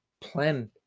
plan